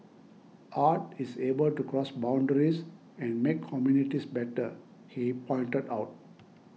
art is able to cross boundaries and make communities better he pointed out